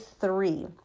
three